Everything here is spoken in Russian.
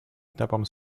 этапом